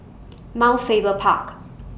Mount Faber Park